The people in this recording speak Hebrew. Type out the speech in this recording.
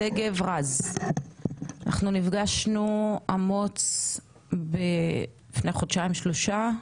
אנחנו נפגשנו לפני חודשיים, שלושה.